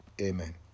Amen